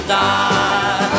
die